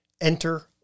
Enter